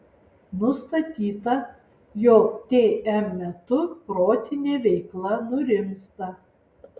nustatyta jog tm metu protinė veikla nurimsta